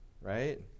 right